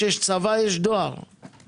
משרד התקשורת מהווה פה גורם מרכזי,